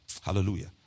Hallelujah